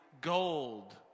gold